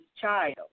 child